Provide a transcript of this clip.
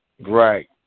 Right